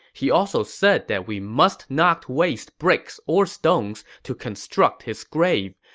he also said that we must not waste bricks or stones to construct his grave,